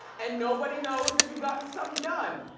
and nobody knows that you've gotten somethin' done.